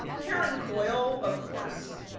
karen coyle of course,